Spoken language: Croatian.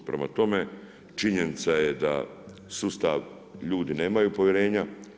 Prema tome, činjenica je da u sustav ljudi nemaju povjerenja.